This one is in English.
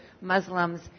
Muslims